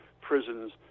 prisons